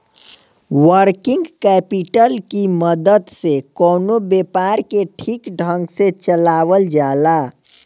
working capital की मदद से कवनो व्यापार के ठीक ढंग से चलावल जाला